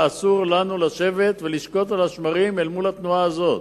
ואסור לנו לשבת ולשקוט על השמרים אל מול התנועה הזאת,